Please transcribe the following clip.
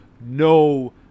no